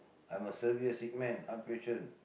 I'm a severe sick man heart patient